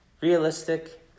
realistic